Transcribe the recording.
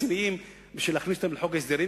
הם רציניים מכדי שנכניס אותם לחוק ההסדרים,